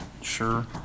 Sure